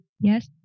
Yes